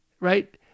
right